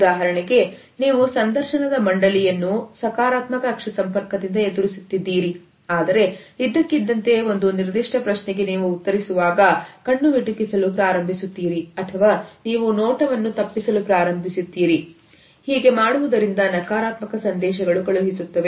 ಉದಾಹರಣೆಗೆ ನೀವು ಸಂದರ್ಶನದ ಮಂಡಳಿಯನ್ನು ಸಕಾರಾತ್ಮಕ ಅಕ್ಷಿ ಸಂಪರ್ಕದಿಂದ ಎದುರಿಸುತ್ತಿದ್ದೀರಿ ಆದರೆ ಇದ್ದಕ್ಕಿದ್ದಂತೆ ಒಂದು ನಿರ್ದಿಷ್ಟ ಪ್ರಶ್ನೆಗೆ ನೀವು ಉತ್ತರಿಸುವಾಗ ಕಣ್ಣುಮಿಟುಕಿಸಿ ಪ್ರಾರಂಭಿಸುತ್ತೀರಿ ಅಥವಾ ನೀವು ನೋಟವನ್ನು ತಪ್ಪಿಸಲು ಪ್ರಾರಂಭಿಸುತ್ತೀರಿ ಹೀಗೆ ಮಾಡುವುದರಿಂದ ನಕಾರಾತ್ಮಕ ಸಂದೇಶಗಳನ್ನು ಕಳುಹಿಸುತ್ತದೆ